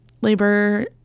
labor